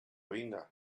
vinga